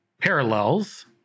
parallels